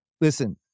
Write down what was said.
Listen